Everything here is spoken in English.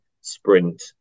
sprint